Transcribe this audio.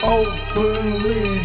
openly